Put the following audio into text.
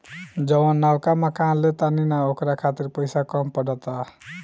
जवन नवका मकान ले तानी न ओकरा खातिर पइसा कम पड़त बा